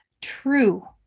true